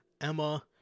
Emma